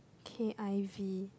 K_I_V